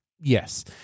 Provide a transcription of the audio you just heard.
Yes